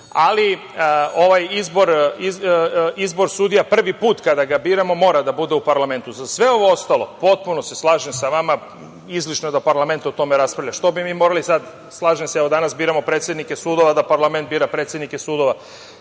potpuno. Ovaj izbor sudija prvi put kada ga biramo mora da bude u parlamentu. Za sve ovo ostalo potpuno se slažem sa vama, izlišno je da parlament o tome raspravlja. Što bi mi morali, slažem se, evo danas biramo predsednike sudova, da parlament bira predsednike sudova.